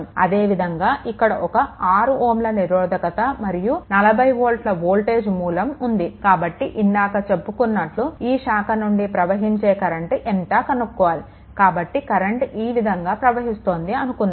అదే విధంగా ఇక్కడ ఒక 6 Ω నిరోధకత మరియు ఒక 40 వోల్ట్ల వోల్టేజ్ మూలం ఉంది కాబట్టి ఇందాక చెప్పుకున్నట్టు ఈ శాఖ నుండి ప్రవహించే కరెంట్ ఎంత కనుక్కోవాలి కాబట్టి కరెంట్ ఈ విధంగా ప్రవహిస్తోంది అనుకుందాము